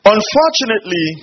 Unfortunately